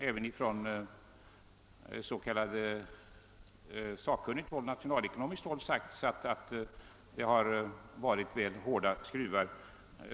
Även från sakkunnigt nationalekonomiskt håll har gjorts gällande att skruvarna dragits åt väl kraftigt.